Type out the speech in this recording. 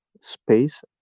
space